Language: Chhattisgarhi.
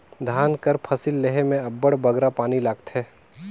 धान कर फसिल लेहे में अब्बड़ बगरा पानी लागथे